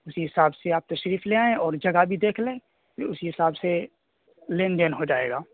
اسی حساب سے آپ تشریف لے آئیں اور جگہ بھی دیکھ لیں اسی حساب سے لین دین ہو جائے گا